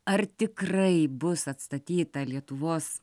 ar tikrai bus atstatyta lietuvos